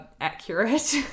accurate